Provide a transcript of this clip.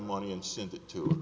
money and send it to